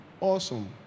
awesome